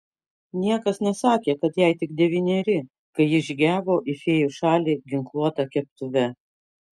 niekas nesakė kad jai tik devyneri kai ji žygiavo į fėjų šalį ginkluota keptuve